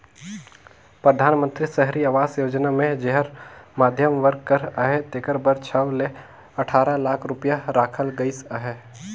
परधानमंतरी सहरी आवास योजना मे जेहर मध्यम वर्ग कर अहे तेकर बर छव ले अठारा लाख रूपिया राखल गइस अहे